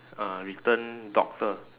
uh written doctor